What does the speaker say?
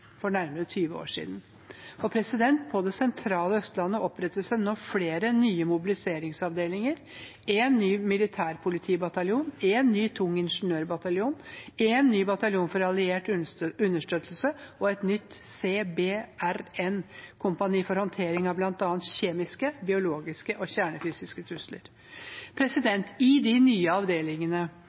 for nærmere 20 år siden. På det sentrale Østlandet opprettes det nå flere nye mobiliseringsavdelinger, en ny militærpolitibataljon, en ny tung ingeniørbataljon, en ny bataljon for alliert understøttelse og et nytt CBRN-kompani for håndtering av bl.a. kjemiske, biologiske og kjernefysiske trusler. De nye avdelingene kommer i tillegg til den allerede vedtatte opptrappingen i Finnmark med den nye